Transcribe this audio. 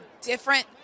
different